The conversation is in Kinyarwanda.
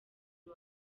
uyu